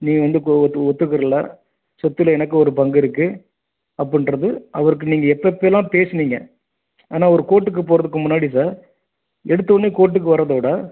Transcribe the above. நீங்கள் வந்து கோ ஒத்து ஒத்துக்கருல சொத்தில் எனக்கும் ஒரு பங்கு இருக்கு அப்பின்றது அவருக்கு நீங்கள் எப்போ எப்போயெல்லாம் பேசுனீங்க ஆனால் ஒரு கோர்ட்டுக்கு போகிறதுக்கு முன்னாடி சார் எடுத்தவொன்னே கோர்ட்டுக்கு வர்றதை விட